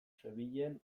zebilen